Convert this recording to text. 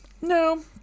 No